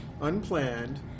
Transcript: unplanned